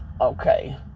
okay